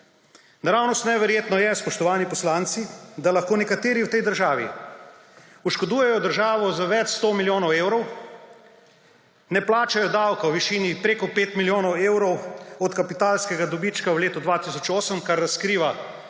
Naravnost neverjetno je, spoštovani poslanci, da lahko nekateri v tej državi oškodujejo državo za več sto milijonov evrov, ne plačajo davka v višini preko 5 milijonov evrov od kapitalskega dobička v letu 2008, kar razkriva